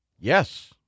Yes